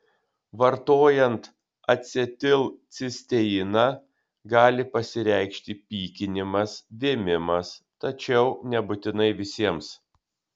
vartojant acetilcisteiną gali pasireikšti pykinimas vėmimas tačiau nebūtinai visiems